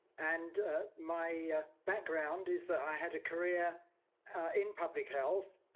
and my background is that i had a career in public health,